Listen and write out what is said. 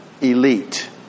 elite